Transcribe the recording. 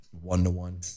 one-to-one